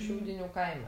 šiaudinių kaime